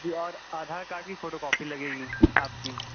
جی اور آدھار کارڈ کی photocopy لگے گی آپ کی